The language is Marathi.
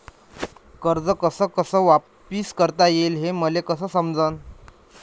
कर्ज कस कस वापिस करता येईन, हे मले कस समजनं?